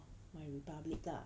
MyRepublic lah